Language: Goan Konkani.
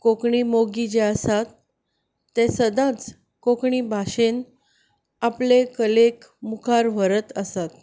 कोंकणी मोगी जे आसात ते सदांच कोंकणी भाशेंत आपले कलेक मुखार व्हरत आसा